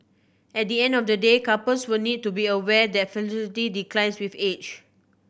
at the end of the day couples will need to be aware that fertility declines with age